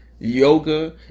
Yoga